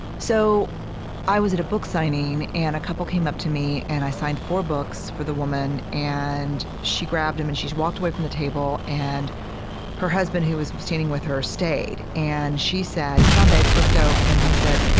so i was at a book signing and a couple came up to me and i signed four books for the woman and she grabbed them and she's walked away from the table and her husband who was was standing with her stayed. and she said, come on, babe, let's go, and he said,